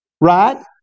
right